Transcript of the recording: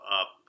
up